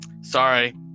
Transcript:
Sorry